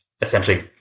essentially